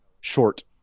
short